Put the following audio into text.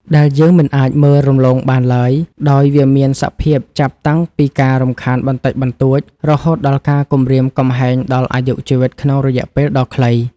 ដែលយើងមិនអាចមើលរំលងបានឡើយ ដោយវាមានសភាពចាប់តាំងពីការរំខានបន្តិចបន្តួច រហូតដល់ការគំរាមកំហែងដល់អាយុជីវិតក្នុងរយៈពេលដ៏ខ្លី។